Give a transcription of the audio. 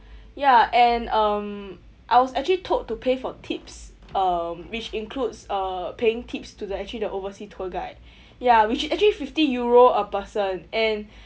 ya and um I was actually told to pay for tips um which includes uh paying tips to the actually the oversea tour guide ya which is actually fifty euro a person and